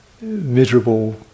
miserable